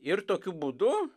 ir tokiu būdu